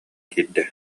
киирдэ